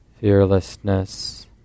fearlessness